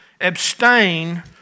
abstain